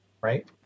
right